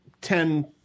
ten